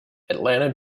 atlanta